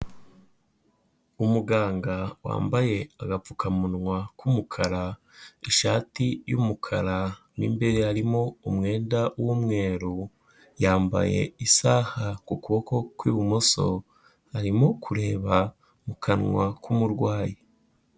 Umuganga wambaye agapfukamunwa k'umukara, ishati y'umukara mo imbere harimo umwenda w'umweru, yambaye isaha ku kuboko kw'ibumoso arimo kureba mu kanwa k'umurwayi.